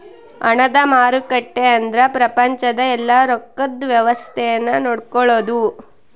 ಹಣದ ಮಾರುಕಟ್ಟೆ ಅಂದ್ರ ಪ್ರಪಂಚದ ಯೆಲ್ಲ ರೊಕ್ಕದ್ ವ್ಯವಸ್ತೆ ನ ನೋಡ್ಕೊಳೋದು